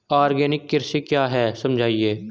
Organic कृषि क्या है समझाइए?